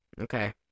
Okay